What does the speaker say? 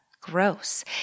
Gross